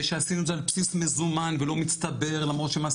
ושעשינו את זה על בסיס מזומן ולא מצטבר למרות שמס